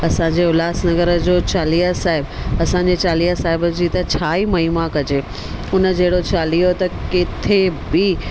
असांजे उल्हासनगर जो चालीहा साहिबु असांजे चालीहा साहिब जी त छा ई महिमा कजे हुन जहिड़ो चालीहो त किथे बि